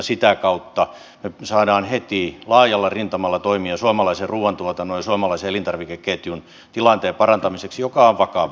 sitä kautta saadaan heti laajalla rintamalla toimia suomalaisen ruuantuotannon ja suomalaisen elintarvikeketjun tilanteen parantamiseksi joka on vakava